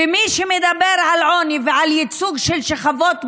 ומי שמדבר על עוני ועל ייצוג של שכבות מוחלשות,